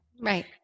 Right